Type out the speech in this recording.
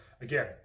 again